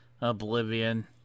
Oblivion